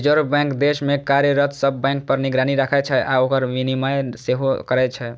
reserve bank देश मे कार्यरत सब बैंक पर निगरानी राखै छै आ ओकर नियमन सेहो करै छै